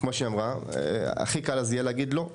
כמו שהיא אמרה הכי קל יהיה להגיד לא,